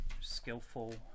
skillful